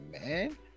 man